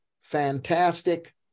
fantastic